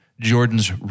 Jordan's